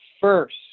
First